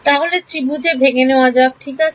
তাহলে ত্রিভুজের ভেঙে নেওয়া যাক ঠিক আছে